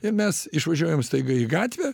ir mes išvažiuojam staiga į gatvę